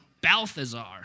Balthazar